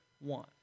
want